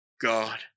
God